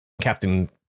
Captain